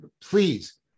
please